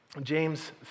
James